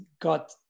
got